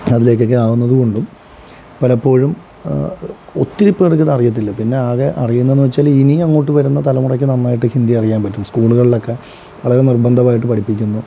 അതിലേക്കൊക്കെ ആവുന്നതുകൊണ്ടും പലപ്പോഴും ഒത്തിരി പേർക്ക് ഇത് അറിയത്തില്ല പിന്നെ ആകെ അറിയുന്നതെന്ന് വച്ചാൽ ഇനി അങ്ങോട്ട് വരുന്ന തലമുറയ്ക്ക് നന്നായിട്ട് ഹിന്ദി അറിയാൻ പറ്റും സ്കൂളുകളിലൊക്കെ വളരെ നിർബന്ധമായിട്ട് പഠിപ്പിക്കുന്നു